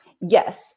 Yes